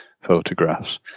photographs